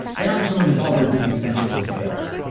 and after some of his other business ventures had failed.